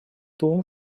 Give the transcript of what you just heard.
том